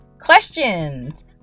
Questions